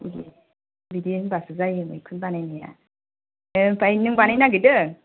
बिदि होमबासो जायो मैखुन बानायनाया आमफ्राय नों बानायनो नागिरदों